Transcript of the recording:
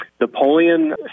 Napoleon